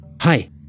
Hi